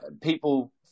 people